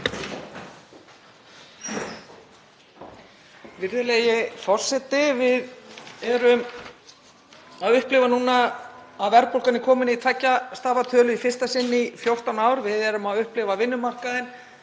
Við upplifum núna að verðbólgan er komin í tveggja stafa tölu í fyrsta sinn í 14 ár. Við erum að upplifa vinnumarkaðinn,